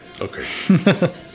Okay